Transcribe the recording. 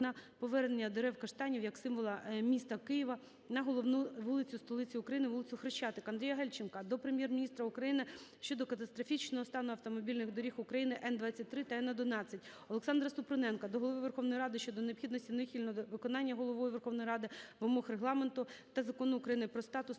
на повернення дерев каштанів як символу міста Києва на головну вулицю столиці України – вулицю Хрещатик. АндріяГальченка до Прем'єр-міністра України щодо катастрофічного стану автомобільних доріг України Н-23 та Н-11. ОлександраСупруненка до Голови Верховної Ради щодо необхідності неухильного виконання Головою Верховної Ради вимог Регламенту та Закону України "Про статус